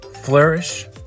flourish